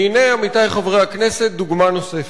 והנה, עמיתי חברי הכנסת, דוגמה נוספת.